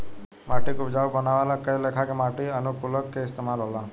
माटी के उपजाऊ बानवे ला कए लेखा के माटी अनुकूलक के इस्तमाल होला